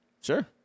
Sure